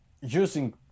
using